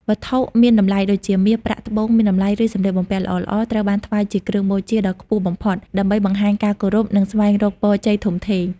វត្ថុមានតម្លៃដូចជាមាស ប្រាក់ ត្បូងមានតម្លៃ ឬសម្លៀកបំពាក់ល្អៗ ត្រូវបានថ្វាយជាគ្រឿងបូជាដ៏ខ្ពស់បំផុត ដើម្បីបង្ហាញការគោរព និងស្វែងរកពរជ័យធំធេង។